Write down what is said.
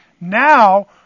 Now